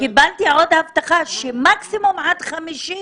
קיבלתי עוד הבטחה שמקסימום עד יום חמישי